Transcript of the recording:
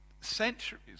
centuries